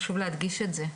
חשוב להדגיש את זה.